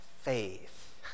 faith